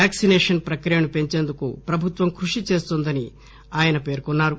vaccination ప్రక్రియను పెంచేందుకు ప్రభుత్వం కృషిచేస్తోందని ఆయన పేర్కొన్నారు